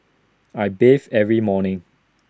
I bathe every morning